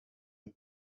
his